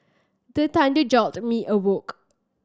the thunder jolt me awake